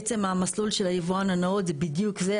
עצם המסלול של היבואן הנאות, זה בדיוק זה.